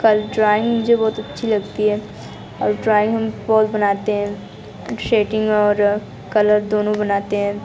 कल ड्राइंग मुझे बहुत अच्छी लगती है और ड्रॉइंग हम बहुत बनाते हैं सेटिंग और कलर दोनों बनाते हैं